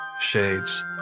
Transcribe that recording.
shades